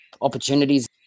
opportunities